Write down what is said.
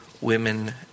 women